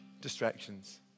distractions